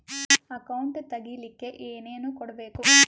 Account ತೆಗಿಲಿಕ್ಕೆ ಏನೇನು ಕೊಡಬೇಕು?